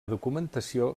documentació